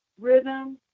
Rhythm